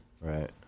Right